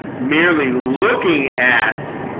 merely looking at